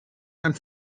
and